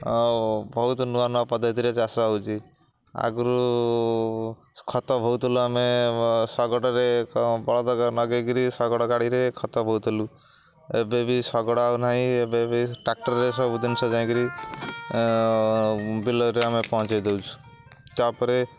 ଆଉ ବହୁତ ନୂଆ ନୂଆ ପଦ୍ଧତିରେ ଚାଷ ହେଉଛି ଆଗରୁ ଖତ ବୋହୁଥିଲୁ ଆମେ ଶଗଡ଼ରେ ବଳଦ ଲଗେଇକରି ଶଗଡ଼ ଗାଡ଼ିରେ ଖତ ବୋହୁଥିଲୁ ଏବେ ଶଗଡ଼ ଆଉ ନାହିଁ ଏବେବି ଟ୍ରାକ୍ଟରରେ ସବୁ ଜିନିଷ ଯାଇକରି ବିଲରେ ଆମେ ପହଞ୍ଚେଇ ଦେଉଛୁ ତାପରେ